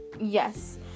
yes